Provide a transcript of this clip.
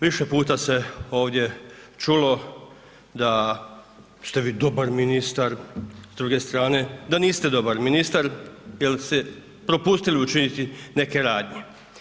Više puta se ovdje čulo da ste vi dobar ministar, s druge strane da niste dobar ministar jer ste propustili učiniti neke radnje.